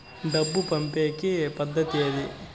డబ్బు పంపేకి పద్దతి ఏది